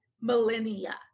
millennia